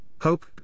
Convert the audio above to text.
Hope